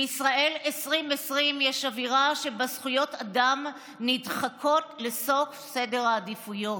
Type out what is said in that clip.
בישראל 2020 יש אווירה שבה זכויות אדם נדחקות לסוף סדר העדיפויות.